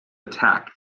attack